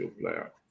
player